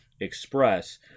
Express